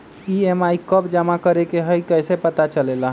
EMI कव जमा करेके हई कैसे पता चलेला?